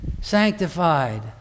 sanctified